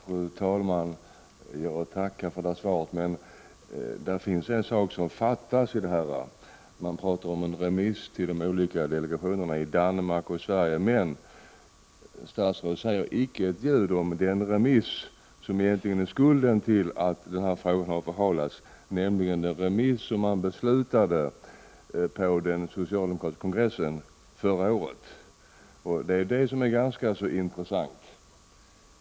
Fru talman! Jag tackar kommunikationsministern för svaret. Men en sak fattas i svaret. Där talas det om arbetet i delegationerna i Danmark och Sverige. Däremot säger statsrådet icke ett enda ord om den remiss som egentligen är skulden till att frågan har förhalats, nämligen den remiss som man beslutade om förra året på den socialdemokratiska kongressen. Detta är ganska intressant.